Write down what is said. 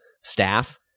staff